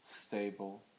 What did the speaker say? stable